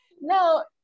No